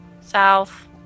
South